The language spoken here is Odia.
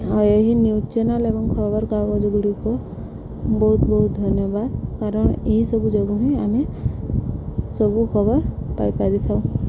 ଆଉ ଏହି ନ୍ୟୁଜ୍ ଚ୍ୟାନେଲ୍ ଏବଂ ଖବରକାଗଜ ଗୁଡ଼ିକ ବହୁତ ବହୁତ ଧନ୍ୟବାଦ କାରଣ ଏହିସବୁ ଯୋଗୁଁ ହିଁ ଆମେ ସବୁ ଖବର ପାଇପାରିଥାଉ